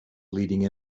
leading